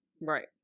Right